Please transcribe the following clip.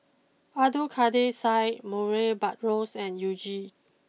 Abdul Kadir Syed Murray Buttrose and you Jin